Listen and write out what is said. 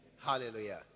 Hallelujah